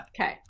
Okay